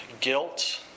guilt